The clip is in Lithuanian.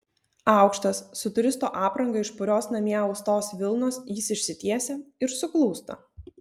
aukštas su turisto apranga iš purios namie austos vilnos jis išsitiesia ir suklūsta